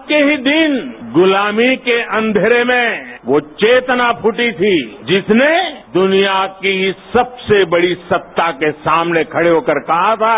आज के ही दिन गुलामी के अंबेरे में वो चेतना फूटी थी जिसने दुनिया की सबसे बड़ी सत्ता के सामने खड़े होकर कहा था